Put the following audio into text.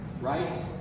right